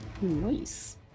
Nice